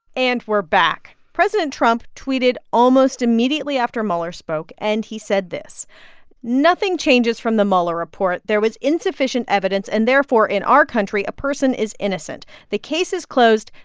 and we're back. president trump tweeted almost immediately after mueller spoke, and he said this nothing changes from the mueller report. there was insufficient evidence and therefore in our country a person is innocent. the case is closed.